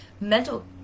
mental